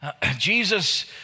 Jesus